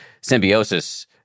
symbiosis